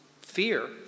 fear